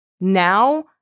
now